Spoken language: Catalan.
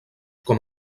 com